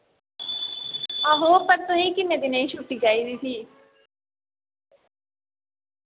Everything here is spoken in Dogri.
आहो पर तुसें किन्ने दिनें दी छुट्टी चाहिदी फ्ही